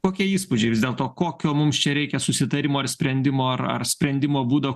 kokie įspūdžiai vis dėlto kokio mums čia reikia susitarimo ir sprendimo ar ar sprendimo būdo